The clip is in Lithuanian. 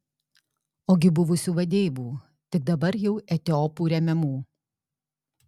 ogi buvusių vadeivų tik dabar jau etiopų remiamų